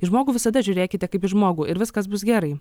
į žmogų visada žiūrėkite kaip į žmogų ir viskas bus gerai